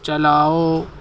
چلاؤ